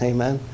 Amen